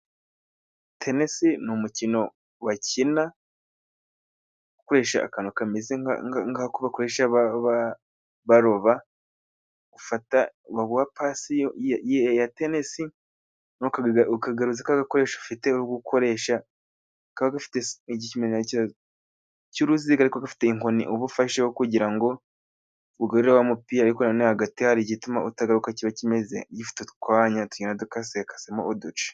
Tenesi ni umukino bakina ukoresha akantu kameze nk 'ako bakoresha baroba. Ufata baguha pasi ya tenesi, ukagaruza ka gakoresho ufite gukoresha kaba gafite ikimenyetso cy'uruziga ariko gafite inkoni uba ufasheho kugira ngo ugarure wa umupira ariko na none hagati hari igituma utagaruka kiba kimeze gifite utwanya tuba dukasekasemo uduceduce.